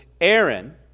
Aaron